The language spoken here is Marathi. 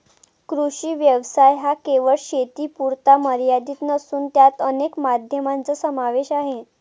कृषी व्यवसाय हा केवळ शेतीपुरता मर्यादित नसून त्यात अनेक माध्यमांचा समावेश आहे